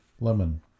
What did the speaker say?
lemon